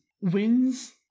wins